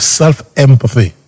self-empathy